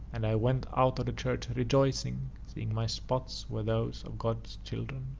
and i went out of the church rejoicing, seeing my spots were those of god's children.